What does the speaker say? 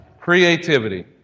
Creativity